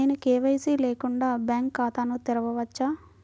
నేను కే.వై.సి లేకుండా బ్యాంక్ ఖాతాను తెరవవచ్చా?